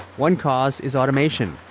one cause is automation.